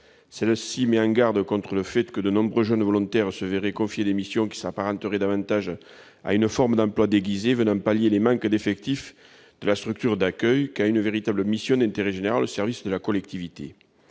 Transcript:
commission met en garde contre le fait que de nombreux jeunes volontaires se verraient confier des missions qui s'apparenteraient davantage à une forme d'emploi déguisé, venant pallier les manques d'effectifs de la structure d'accueil, qu'à une véritable mission d'intérêt général au service de la collectivité.